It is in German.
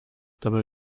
dabei